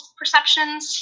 perceptions